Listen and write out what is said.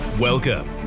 Welcome